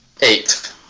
eight